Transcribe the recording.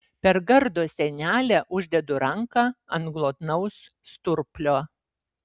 per gardo sienelę uždedu ranką ant glotnaus sturplio